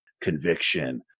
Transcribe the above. conviction